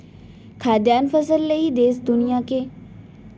खाद्यान फसल ले ही देस दुनिया के मनसे मन ल खाए बर अनाज मिल पाथे